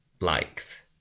likes